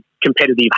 competitive